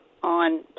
On